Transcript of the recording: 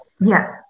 Yes